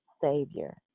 Savior